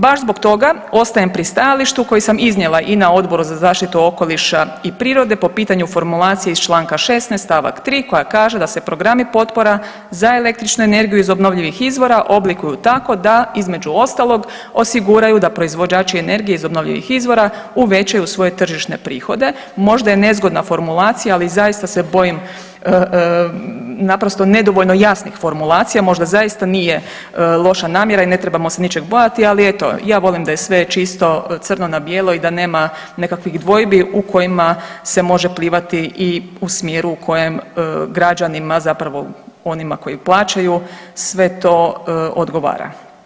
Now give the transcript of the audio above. Baš zbog toga ostajem pri stajalištu koji sam iznijela i na Odboru za zaštitu okoliša i prirode po pitanju formulacije iz čl. 16. st. 3. koja kaže da se programi potpora za električnu energiju iz obnovljivih izvora oblikuju tako da između ostalog osiguraju da proizvođači energije iz obnovljivih izvora uvećaju svoje tržišne prihode možda je nezgodna formulacija, ali zaista se bojim naprosto nedovoljno jasnih formulacija možda zaista nije loša namjera i ne trebamo se ničeg bojati, ali eto ja volim da je sve čisto, crno na bijelo i da nema nekakvih dvojbi u kojima se može plivati i u smjeru u kojem građani zapravo onima koji plaćaju sve to odgovara.